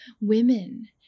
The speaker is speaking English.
Women